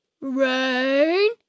Rain